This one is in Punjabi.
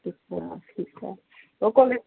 ਅੱਛਾ ਠੀਕ ਹੈ ਉਹ ਕੋਲੇਜ